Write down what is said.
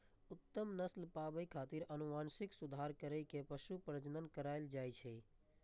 उत्तम नस्ल पाबै खातिर आनुवंशिक सुधार कैर के पशु प्रजनन करायल जाए छै